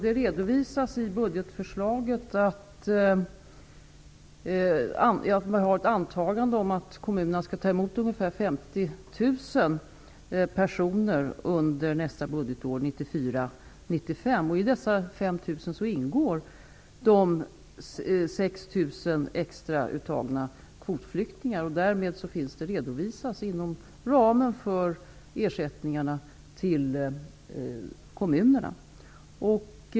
Fru talman! I budgetförslaget redovisas ett antagande om att kommunerna skall ta emot ungefär 50 000 personer under nästa budgetår, 1994/95. I dessa 50 000 ingår de 6 000 extra uttagna kvotflyktingarna. Därmed finns det redovisat inom ramen för ersättningen till kommunerna.